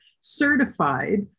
certified